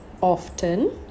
often